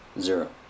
zero